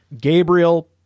Gabriel